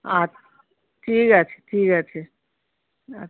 আছ ঠিক আছে ঠিক আছে আচ্ছা